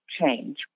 change